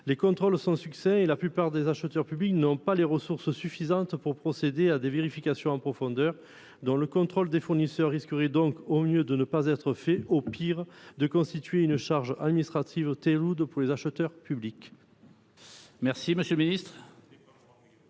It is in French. Les contrôles sont succincts et la plupart des acheteurs publics n'ont pas les ressources suffisantes pour procéder à des vérifications en profondeur. Le contrôle des fournisseurs risquerait donc, au mieux, de ne pas être fait, au pire, de constituer une charge administrative très lourde pour les acheteurs publics. Quel est l'avis